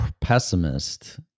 pessimist